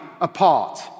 apart